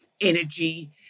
Energy